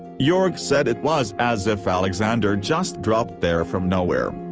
york said it was as if alexander just dropped there from nowhere.